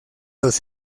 los